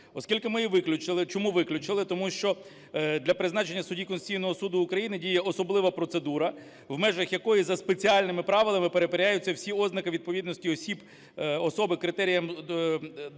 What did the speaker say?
виключили… Чому виключили? Тому що для призначення судді Конституційного Суду України діє особлива процедура, в межах якої за спеціальними правилами перевіряються всі ознаки відповідності осіб особи критеріям до судді,